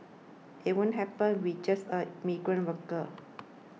it won't happen with just a migrant worker